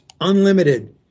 unlimited